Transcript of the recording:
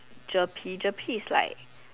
Jerry Jerry is like